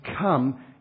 come